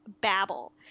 babble